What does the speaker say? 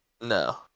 No